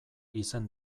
izen